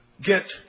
get